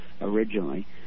originally